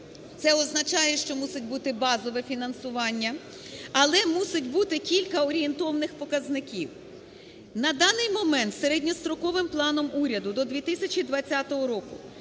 Це означає, що мусить бути базове фінансування, але мусить бути кілька орієнтовних показників. На даний момент середньостроковим планом уряду до 2020 року